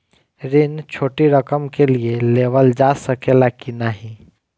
ऋण छोटी रकम के लिए लेवल जा सकेला की नाहीं?